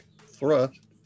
thrust